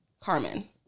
carmen